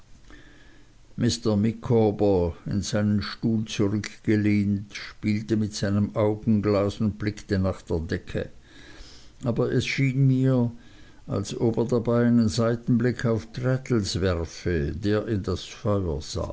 mr micawber in seinen stuhl zurückgelehnt spielte mit seinem augenglas und blickte nach der decke aber es schien mir als ob er dabei einen seitenblick auf traddles werfe der in das feuer